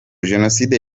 jenoside